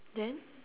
then